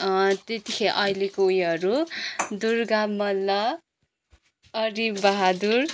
त्यतिखेर अहिलेको उयोहरू दुर्गा मल्ल अरिबहादुर